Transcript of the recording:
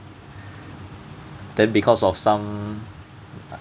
then because of some